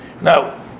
Now